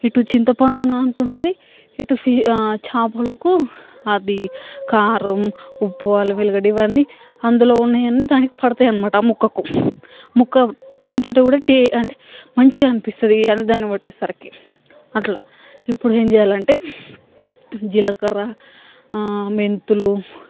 ఇటు చింతపండు నానుతుంటది ఇటు చేపలకు అది కారం ఉప్పు అల్లం వెల్లిగడ్డ ఇవన్నీ అందులో ఉన్నాయన్నీ దానికి పడుతాయి అనమాట ఆ ముక్కకు ముక్క తింటుంటే కూడా టే అంటే మంచిగా అనిపిస్తుంది ఇవన్నీ దానికి పెట్టేసరికి అట్లా ఇప్పుడేం చెయ్యాలంటే జీలకర్ర మెంతులు